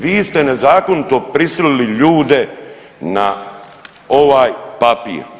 Vi ste nezakonito prisilili ljude na ovaj papir.